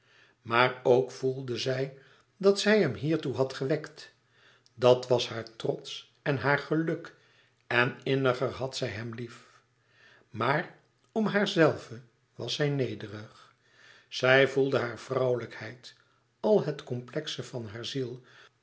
maar ook voelde zij dat zij hem hiertoe had gewekt dat was haar trots en haar geluk en inniger had zij hem lief maar om haarzelve was zij nederig zij voelde hare vrouwelijkheid al het complexe van hare ziel